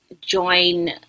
join